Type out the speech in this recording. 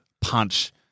punch